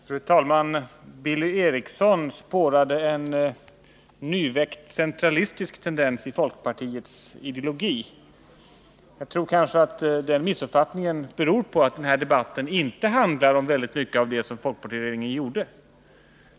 Fru talman! Billy Eriksson spårade en nyväckt centralistisk tendens i Onsdagen den folkpartiets ideologi. Jag tror att den missuppfattningen beror på att den här 7 maj 1980 debatten inte handlar om mycket av det som folkpartiet gjort i regeringsställning.